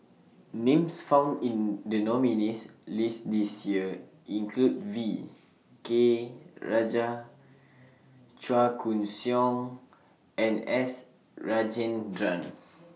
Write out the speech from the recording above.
Names found in The nominees' list This Year include V K Rajah Chua Koon Siong and S Rajendran